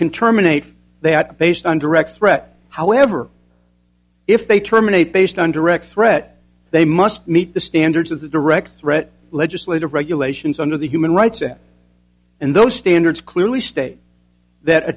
can terminate that based on direct threat however if they terminate based on direct threat they must meet the standards of the direct threat legislated regulations under the human rights act and those standards clearly state that